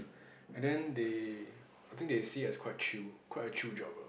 and then they I think they see as quite chill quite a chill job lah